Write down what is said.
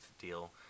deal